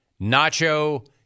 Nacho